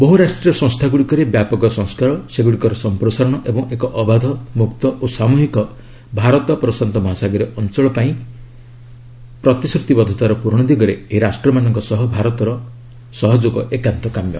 ବହୁରାଷ୍ଟ୍ରୀୟ ସଂସ୍ଥାଗୁଡ଼ିକରେ ବ୍ୟାପକ ସଂସ୍କାର ସେଗୁଡ଼ିକର ସଂପ୍ରସାରଣ ଏବଂ ଏକ ଅବାଧ ମୁକ୍ତ ଓ ସାମୃହିକ ଭାରତ ପ୍ରଶାନ୍ତ ମହାସାଗରୀୟ ଅଞ୍ଚଳ ପାଇଁ ଭାରତର ପ୍ରତିଶ୍ରତିବଦ୍ଧତାର ପୂରଣ ଦିଗରେ ଏହି ରାଷ୍ଟମାନଙ୍କର ସହଯୋଗ ଏକାନ୍ତ କାମ୍ୟ